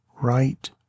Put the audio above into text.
right